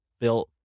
built